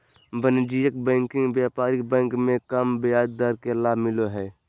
वाणिज्यिक बैंकिंग व्यापारिक बैंक मे कम ब्याज दर के लाभ मिलो हय